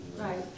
Right